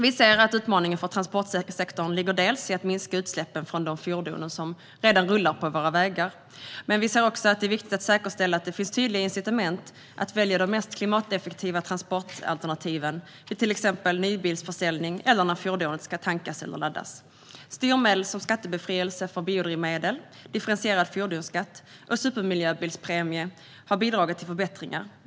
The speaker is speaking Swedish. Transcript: Vi anser att utmaningen för transportsektorn ligger i att minska utsläppen från de fordon som redan rullar på våra vägar, men vi anser också att det är viktigt att säkerställa att det finns tydliga incitament för att välja de mest klimateffektiva transportalternativen vid till exempel nybilsköp eller när fordonet ska tankas eller laddas. Styrmedel som skattebefrielse för biodrivmedel, differentierad fordonsskatt och supermiljöbilspremie har bidragit till förbättringar.